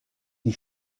die